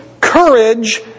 courage